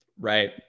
Right